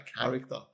character